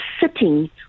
sitting